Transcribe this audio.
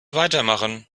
weitermachen